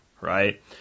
right